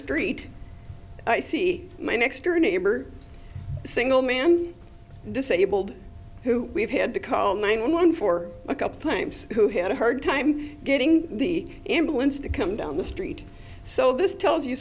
street i see my next door neighbor a single man this enabled who we've had to call nine one one for a couple times who had a hard time getting the influence to come down the street so this tells you